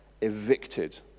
evicted